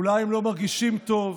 אולי הם לא מרגישים טוב,